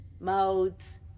mouths